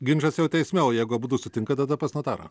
ginčas jau teisme o jeigu abudu sutinka tada pas notarą